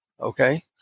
Okay